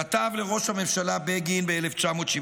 כתב הרב עובדיה יוסף לראש הממשלה בגין ב-1978.